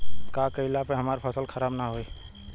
का कइला पर हमार फसल खराब ना होयी?